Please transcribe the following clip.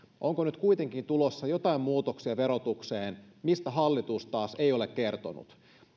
onko nyt kuitenkin tulossa jotain muutoksia verotukseen mistä hallitus taas ei ole kertonut